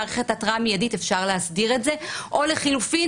מערכת התראה מידית ואפשר להסדיר את זה או לחילופין,